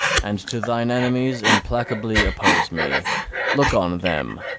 and to thine enemies implacably oppose me look on them,